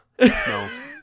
No